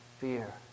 fear